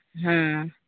ᱦᱮᱸ